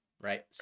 right